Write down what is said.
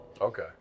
Okay